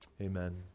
Amen